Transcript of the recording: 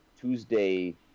Tuesday